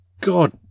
God